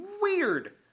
weird